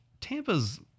Tampa's